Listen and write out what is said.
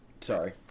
Sorry